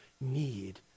need